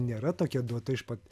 nėra tokia duota iš pat